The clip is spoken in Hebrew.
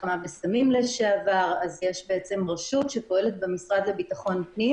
אמצעים אחרים ולא מצליחות לקלוט ולגייס עובדים.